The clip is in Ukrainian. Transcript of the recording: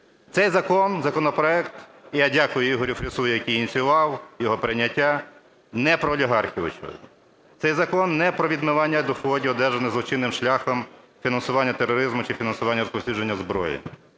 Цей закон, законопроект, (я дякую Ігорю Фрісу, який ініціював його прийняття) не про олігархів. Цей закон не про відмивання доходів, одержаний злочинним шляхом, фінансування тероризму чи фінансування розповсюдження зброї.